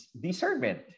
discernment